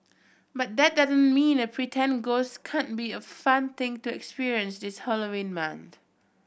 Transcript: but that doesn't mean a pretend ghost can't be a fun thing to experience this Halloween month